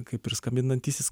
kaip ir skambinantysis